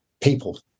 people